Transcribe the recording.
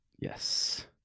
yes